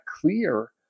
clear